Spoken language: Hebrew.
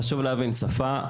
חשוב להבין ששפה,